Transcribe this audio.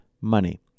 money